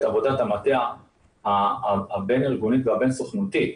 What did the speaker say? עבודת המטה הבין-ארגונית והבין-סוכנותית.